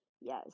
yes